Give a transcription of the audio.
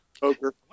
Poker